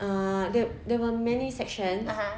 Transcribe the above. uh the there were many sections